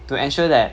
to ensure that